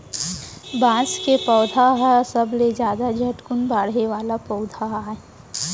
बांस के पउधा ह सबले जादा झटकुन बाड़हे वाला पउधा आय